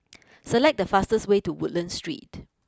select the fastest way to Woodlands Street